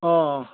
অঁ